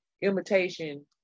imitation